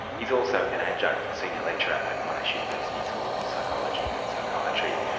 he's also an adjunct senior lecturer at monash university school of psychology and psychiatry.